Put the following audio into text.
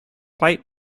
byte